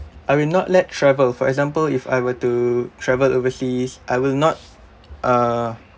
I will not let travel for example if I were to travel overseas I will not uh